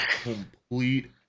complete